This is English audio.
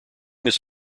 this